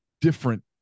different